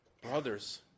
Brothers